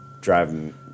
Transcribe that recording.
driving